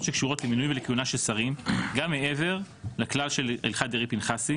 שקשורות למינוי ולכהונה של שרים גם מעבר לכלל של הלכת דרעי-פנחסי.